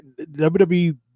WWE